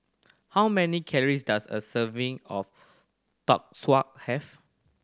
how many calories does a serving of Tonkatsu have